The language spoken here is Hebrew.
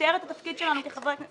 ונתחדשה בשעה 11:19.) (חברת הכנסת סתיו שפיר יוצאת מאולם הוועדה.)